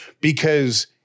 because-